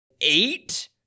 Eight